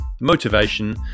motivation